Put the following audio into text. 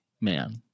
man